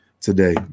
today